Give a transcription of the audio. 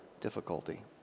difficulty